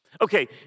Okay